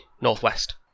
northwest